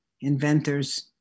inventors